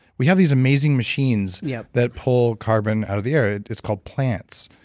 we have these amazing machines yeah that pull carbon out of the air. it's called plants.